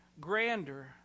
grander